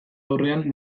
aurrean